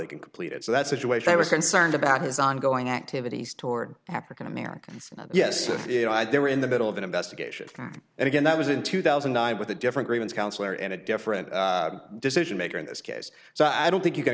they can complete it so that situation i was concerned about his ongoing activities toward african americans yes they were in the middle of an investigation and again that was in two thousand and nine with a different grievance counselor and a different decision maker in this case so i don't think you can